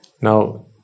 Now